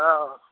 हँ